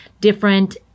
different